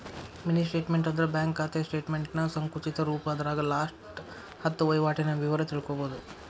mini statement ಅಂದ್ರ bank ಖಾತೆ ಸ್ಟೇಟಮೆಂಟ್ನ ಸಂಕುಚಿತ ರೂಪ ಅದರಾಗ ಲಾಸ್ಟ ಹತ್ತ ವಹಿವಾಟಿನ ವಿವರ ತಿಳ್ಕೋಬೋದು